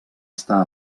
estar